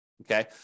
okay